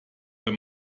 wenn